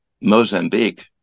Mozambique